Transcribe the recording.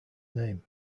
name